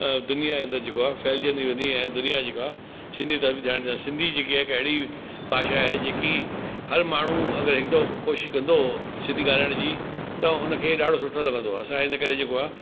अ दुनिया जे अंदरि जेको आहे फैलजंदी रहंदी ऐं दुनिया जेका आहे सिंधी तरफ ध्यानु ॾेया सिंधी जेकी आहे हिकु अहिड़ी भाषा आहे जेकी हर माण्हू अगरि हिकु दफ़ो कोशिशि कंदो सिंधी ॻाल्हाइण जी त हुनखे ॾाढो सुठो लॻंदो असां हिन करे जेको आहे